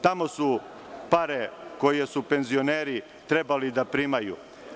Tamo su pare koje su penzioneri trebali da primaju.